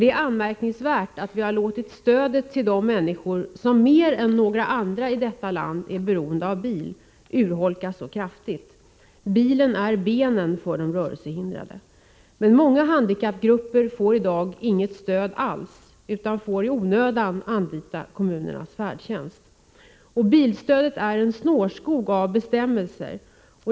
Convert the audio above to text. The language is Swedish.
Det är anmärkningsvärt att vi låtit stödet till de människor, som mer än några andra i detta land är beroende av bil, urholkas så kraftigt. Bilen är benen för de rörelsehindrade. Många handikappgrupper får i dag inget stöd alls utan får i onödan anlita kommunernas färdtjänst. När det gäller bilstödet finns en snårskog av bestämmelser.